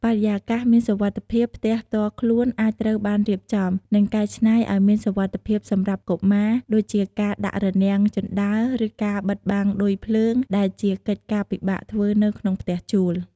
បរិយាកាសមានសុវត្ថិភាព ផ្ទះផ្ទាល់ខ្លួនអាចត្រូវបានរៀបចំ និងកែច្នៃឲ្យមានសុវត្ថិភាពសម្រាប់កុមារ ដូចជាការដាក់រនាំងជណ្ដើរ ឬការបិទបាំងឌុយភ្លើង ដែលជាកិច្ចការពិបាកធ្វើនៅក្នុងផ្ទះជួល។